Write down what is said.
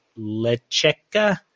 Lecheka